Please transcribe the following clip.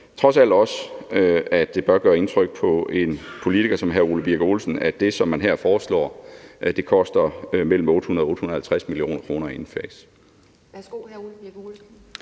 trods alt også, at det bør gøre indtryk på en politiker som hr. Ole Birk Olesen, at det, som man her foreslår, koster mellem 800 og 850 mio. kr. at indfase.